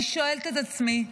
אני שואלת את עצמי,